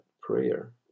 prayer